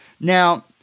Now